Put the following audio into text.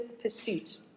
pursuit